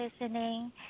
listening